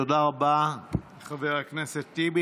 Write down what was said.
תודה רבה, חבר הכנסת טיבי.